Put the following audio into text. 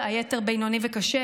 היתר בינוני וקשה,